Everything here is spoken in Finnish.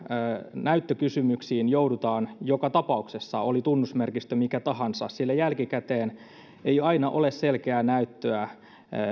näyttökysymyksiin joudutaan joka tapauksessa oli tunnusmerkistö mikä tahansa sillä jälkikäteen ei tosiaan aina ole selkeää näyttöä